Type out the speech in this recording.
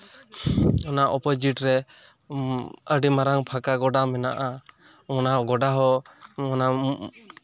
ᱚᱱᱟ ᱚᱯᱳᱡᱤᱴ ᱨᱮ ᱟᱹᱰᱤ ᱢᱟᱨᱟᱝ ᱯᱷᱟᱸᱠᱟ ᱜᱚᱰᱟ ᱢᱮᱱᱟᱜᱼᱟ ᱚᱱᱟ ᱜᱚᱰᱟᱦᱚᱸ ᱚᱱᱟᱢ